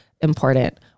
important